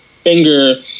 finger